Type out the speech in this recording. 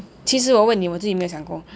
其实我问你我自己没有想过